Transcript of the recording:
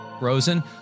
Rosen